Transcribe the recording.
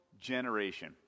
Generation